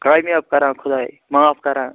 کامیاب کَران خۄداے معاف کَران